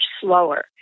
slower